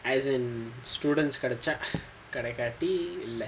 as in students கிடைச்சா கிடைக்காட்டி இல்ல:kidachaa kikaikkaati illa